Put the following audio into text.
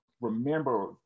remember